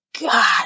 God